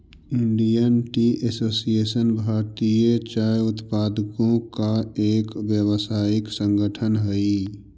Indian Tea Association भारतीय चाय उत्पादकों का एक व्यावसायिक संगठन हई